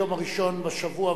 היום הראשון בשבוע,